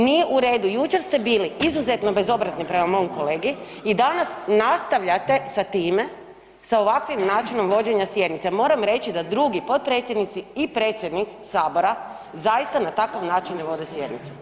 Nije u redu, jučer ste bili izuzetno bezobrazni prema mom kolegi i danas nastavljate sa time, sa ovakvim načinom vođenja sjednica, moram reći da drugi potpredsjednici i predsjednik Sabora zaista na takav način ne vode sjednicu.